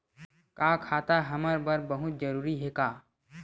का खाता हमर बर बहुत जरूरी हे का?